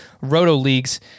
Roto-leagues